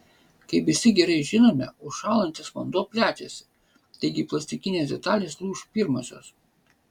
kaip visi gerai žinome užšąlantis vanduo plečiasi taigi plastikinės detalės lūš pirmosios